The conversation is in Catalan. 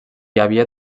havia